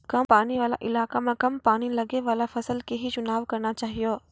कम पानी वाला इलाका मॅ कम पानी लगैवाला फसल के हीं चुनाव करना चाहियो